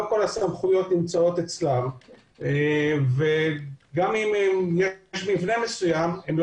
לא כל הסמכויות נמצאות אצלם וגם אם יש מבנה חשוד מסוים לא